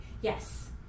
Yes